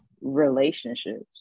relationships